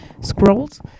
Scrolls